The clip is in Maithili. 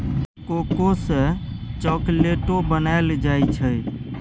कोको सँ चाकलेटो बनाइल जाइ छै